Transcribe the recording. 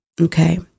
okay